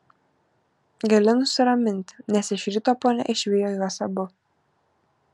gali nusiraminti nes iš ryto ponia išvijo juos abu